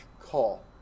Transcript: call